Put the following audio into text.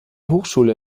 hochschule